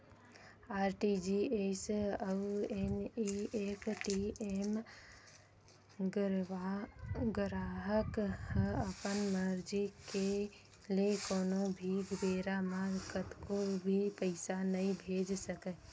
RTGS अउ NEFT म गराहक ह अपन मरजी ले कोनो भी बेरा म कतको भी पइसा नइ भेज सकय